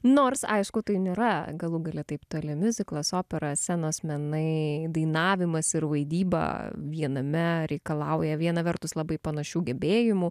nors aišku tai nėra galų gale taip toli miuziklas opera scenos menai dainavimas ir vaidyba viename reikalauja viena vertus labai panašių gebėjimų